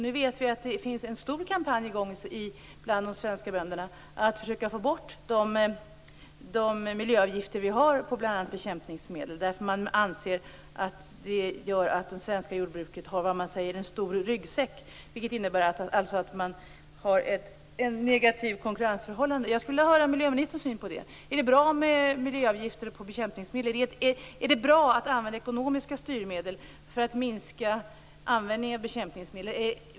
Nu vet vi att det finns en stor kampanj i gång bland de svenska bönderna för att försöka få bort de miljöavgifter vi har på bl.a. bekämpningsmedel. Man anser att det ger det svenska jordbruket en stor ryggsäck. Det innebär alltså att man har ett negativt konkurrensförhållande. Jag skulle vilja höra miljöministerns syn på det. Är det bra med miljöavgifter på bekämpningsmedel? Är det bra att använda ekonomiska styrmedel för att minska användningen av bekämpningsmedel?